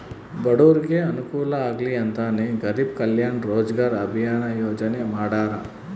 ಬಡೂರಿಗೆ ಅನುಕೂಲ ಆಗ್ಲಿ ಅಂತನೇ ಗರೀಬ್ ಕಲ್ಯಾಣ್ ರೋಜಗಾರ್ ಅಭಿಯನ್ ಯೋಜನೆ ಮಾಡಾರ